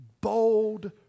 bold